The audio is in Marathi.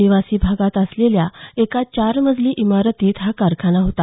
निवासी भागात असलेल्या एका चार मजली इमारतीत हा कारखाना होता